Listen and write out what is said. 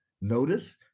Notice